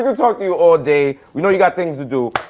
could talk to you all day. we know you got things to do.